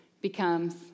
becomes